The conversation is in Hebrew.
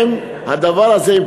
הדבר הזה,